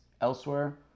elsewhere